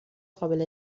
قابل